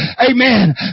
Amen